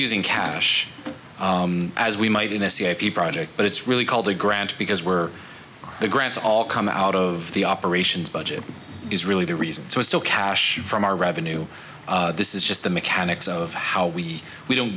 using cash as we might in sci fi project but it's really called a grant because we're the grants all come out of the operations budget is really the reason so it's so cash from our revenue this is just the mechanics of how we we don't